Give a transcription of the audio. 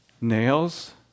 nails